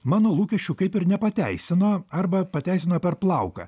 mano lūkesčių kaip ir nepateisino arba pateisino per plauką